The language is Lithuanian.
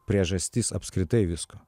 priežastis apskritai visko